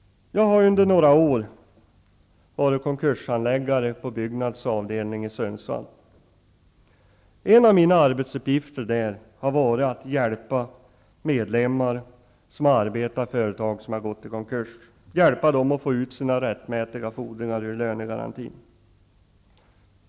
Jag har under några år varit konkurshandläggare på Byggnads avdelning i Sundsvall. En av mina arbetsuppgifter där har varit att hjälpa medlemmar som arbetat i företag som gått i konkurs att få ut sina rättmätiga fordringar ur lönegarantin.